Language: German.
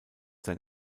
sein